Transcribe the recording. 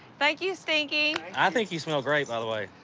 thank you stinky! i think you smell great by the way.